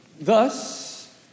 Thus